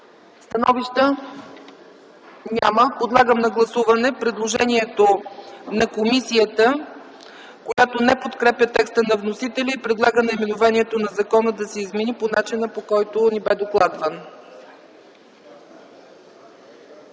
Становища? Няма. Подлагам на гласуване предложението на комисията, която не подкрепя текста на вносителя и предлага наименованието да се измени по начина, по който ни бе докладвано.